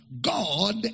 God